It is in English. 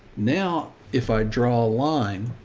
now, if i draw a line